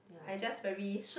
ya